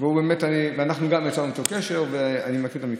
גם אנחנו יצרנו איתו קשר, ואני מכיר את המקרה,